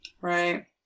Right